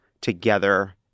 together